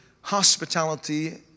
hospitality